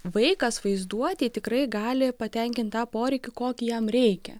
vaikas vaizduotėj tikrai gali patenkint tą poreikį kokį jam reikia